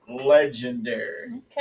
legendary